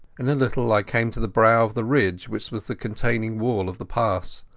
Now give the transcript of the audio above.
in a little i came to the brow of the ridge which was the containing wall of the pass.